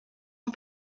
ans